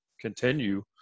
continue